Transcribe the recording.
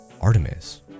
Artemis